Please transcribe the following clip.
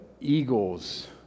eagle's